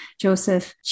Joseph